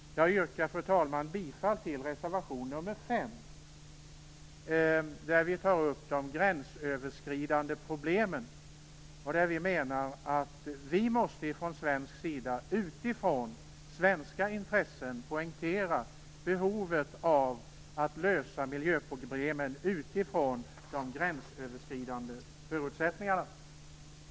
Jag yrkar, fru talman, bifall till reservation nr 5, där vi tar upp de gränsöverskridande problemen. Vi menar att vi från svensk sida, utifrån svenska intressen, måste poängtera behoven av att lösa miljöproblemen utifrån de gränsöverskridande förutsättningarna.